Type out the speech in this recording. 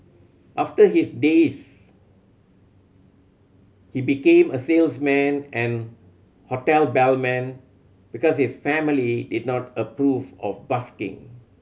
after his days he became a salesman and hotel bellman because his family did not approve of busking